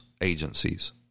agencies